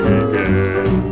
again